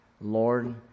Lord